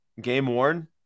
Game-worn